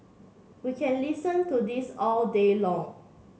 we can listen to this all day long